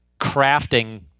crafting